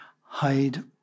hide